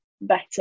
better